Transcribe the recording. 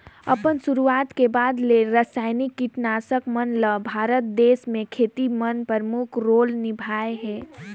अपन शुरुआत के बाद ले रसायनिक कीटनाशक मन ल भारत देश म खेती में प्रमुख रोल निभाए हे